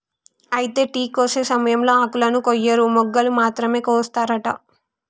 అయితే టీ కోసే సమయంలో ఆకులను కొయ్యరు మొగ్గలు మాత్రమే కోస్తారట